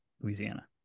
Louisiana